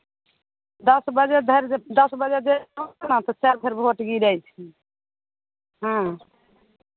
दस बजे धरि ज दस बजे धरि जेबहु ने तऽ चारि बजे तक भोट गिरै छै हँ